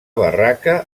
barraca